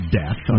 death